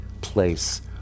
place